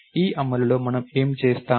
ఈ అమలులో మనము ఏమి చేస్తాము